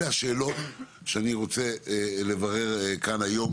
אלה השאלות שאני רוצה לברר כאן היום